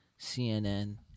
CNN